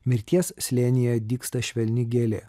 mirties slėnyje dygsta švelni gėlė